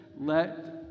let